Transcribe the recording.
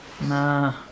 Nah